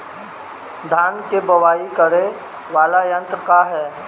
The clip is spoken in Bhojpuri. धान के बुवाई करे वाला यत्र का ह?